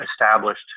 established